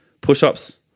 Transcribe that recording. Push-ups